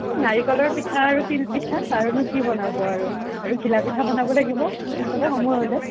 নাৰিকলৰ পিঠা আৰু তিল পিঠা আৰুনো কি বনাব আৰু আৰু ঘিলা পিঠা বনাব লাগিব ইফালে সময় হ'লে